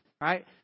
right